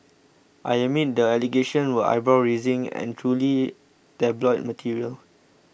I admit the allegations were eyebrow raising and truly tabloid material